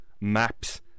Maps